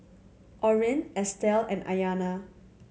Orrin Estell and Aiyana